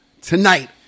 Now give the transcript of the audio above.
tonight